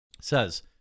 says